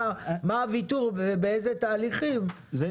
מה הוויתור, באיזה תהליכים, נראה.